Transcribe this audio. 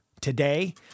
today